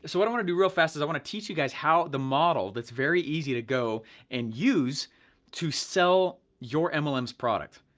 so what i'm gonna do real fast is i wanna teach you guys how the model is very easy to go and use to sell your mlm's product,